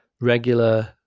regular